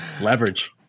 Leverage